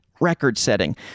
Record-setting